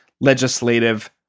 legislative